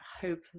hope